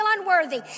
unworthy